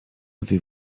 avez